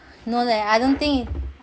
no leh I don't think